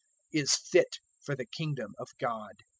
is fit for the kingdom of god.